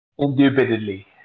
indubitably